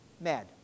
mad